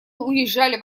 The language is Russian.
уезжали